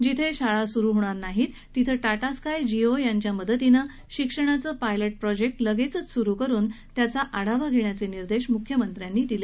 जिथे शाळा सुरु होणार नाहित तिथे टाटा स्काय जिओ यांच्या मदतीनं शिक्षणाचं पायलट प्रोजेक्ट लगेचच सुरु करून त्याचा बारकाईने आढावा घेण्याचे निर्देश मुख्यमंत्र्यांनी दिले